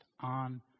on